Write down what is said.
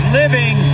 living